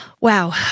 Wow